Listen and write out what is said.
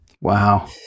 Wow